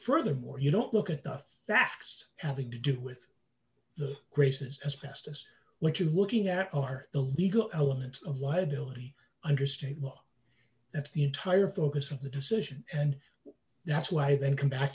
furthermore you don't look at the facts having to do with the graces as best as what you're looking at are the legal elements of liability under state law that's the entire focus of the decision and that's why they come back